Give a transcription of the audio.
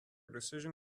decision